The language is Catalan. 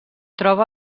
troba